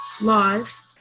laws